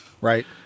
right